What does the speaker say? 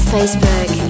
Facebook